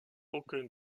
aucun